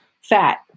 fat